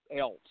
else